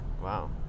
Wow